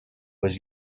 was